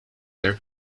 their